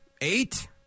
eight